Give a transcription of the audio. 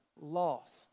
lost